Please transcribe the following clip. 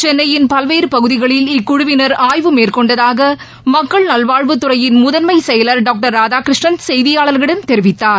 சென்னையின் பல்வேறு பகுதிகளில் இக்குழுவினா் நல்வாழ்வுத்துறையின் முதன்மை செயலர் டான்டர் ராதாகிருஷ்ணன் செய்தியாளர்களிடம் தெரிவித்தார்